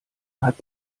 hat